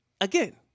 again